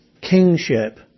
kingship